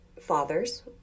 father's